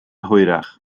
hwyrach